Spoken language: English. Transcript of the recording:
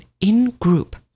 in-group